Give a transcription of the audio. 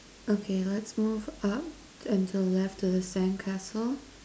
okay let's move up and to the left and to the sandcastle